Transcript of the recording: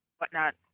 whatnot